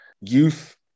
Youth